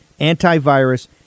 antivirus